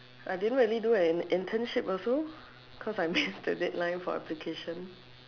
I didn't really do an internship also because I missed the deadline for application